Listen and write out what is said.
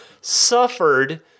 suffered